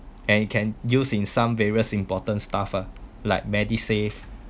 and you can use in some various important stuff ah like MediSave